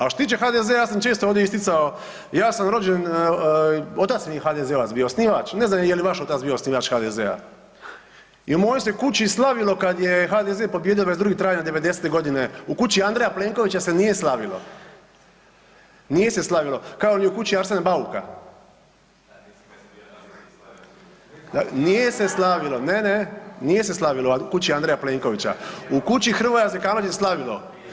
A što se tiče HDZ-a ja sam često ovdje isticao, ja sam rođen, otac mi je HDZ-ovac bio, osnivač, ne znam je li i vaš otac bio osnivač HDZ-a i u mojoj se kući slavilo kad je HDZ pobijedio 22. travnja '90.g. U kući Andreja Plenkovića se nije slavilo, nije se slavilo, kao ni u kući Arsena Bauka. … [[Upadica iz klupe se ne razumije]] Nije se slavilo, ne, ne, nije se slavilo u kući Andreja Plenkovića, u kući Hrvoja Zekanovića se slavilo.